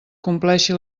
compleixi